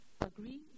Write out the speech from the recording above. agree